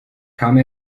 come